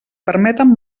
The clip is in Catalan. permeten